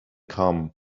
come